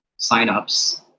signups